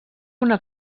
una